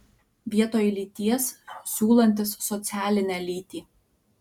vietoj lyties siūlantis socialinę lytį